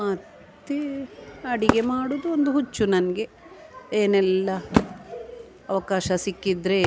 ಮತ್ತು ಅಡುಗೆ ಮಾಡುವುದು ಒಂದು ಹುಚ್ಚು ನನಗೆ ಏನೆಲ್ಲ ಅವಕಾಶ ಸಿಕ್ಕಿದರೆ